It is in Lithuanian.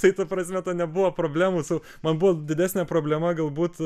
tai ta prasme to nebuvo problemų su man buvo didesnė problema galbūt